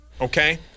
okay